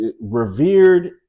revered